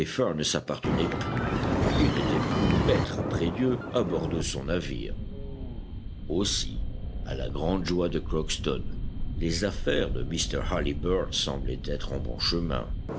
ne s'appartenait plus il n'était plus maître après dieu à bord de son navire ussi à la grande joie de crockston les affaires de mr halliburtt semblaient être en bon chemin